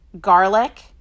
garlic